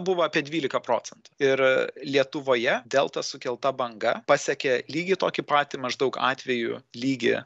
buvo apie dvylika procentų ir lietuvoje delta sukelta banga pasiekė lygiai tokį patį maždaug atvejų lygį